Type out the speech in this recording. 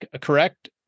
correct